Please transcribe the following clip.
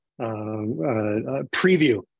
preview